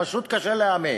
פשוט קשה להאמין.